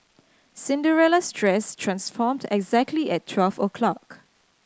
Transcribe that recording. Cinderella's dress transformed exactly at twelve o'clock